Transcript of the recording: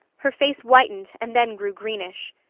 her face whitened and then grew greenish.